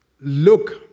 look